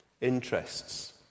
interests